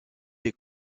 des